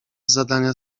zadania